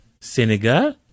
Senegal